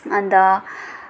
अन्त